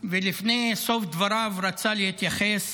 ולפני סוף דבריו רצה להתייחס